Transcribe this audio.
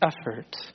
effort